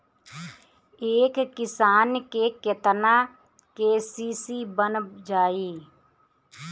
एक किसान के केतना के.सी.सी बन जाइ?